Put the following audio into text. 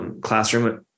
classroom